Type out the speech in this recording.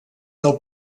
del